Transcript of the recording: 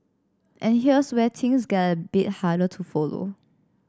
and here's where things get a bit harder to follow